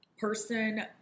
person